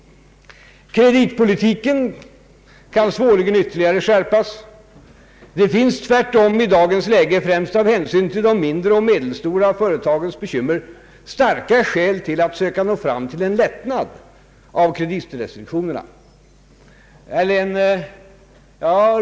Kreditpolitiken kan svårligen ytterligare skärpas. Det finns tvärtom i dagens läge främst av hänsyn till de mindre och medelstora företagens bekymmer starka skäl till att söka nå fram till en lättnad av kreditrestriktionerna.